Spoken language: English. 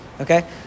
Okay